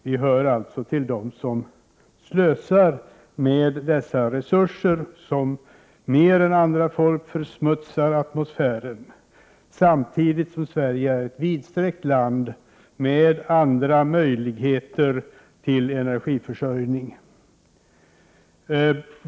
Vi hör alltså till dem som slösar med dessa resurser, till dem som mer än andra folk ”försmutsar” atmosfären, samtidigt som Sverige är ett vidsträckt land med andra möjligheter till energiförsörjning.